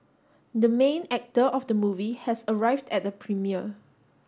the main actor of the movie has arrived at the premiere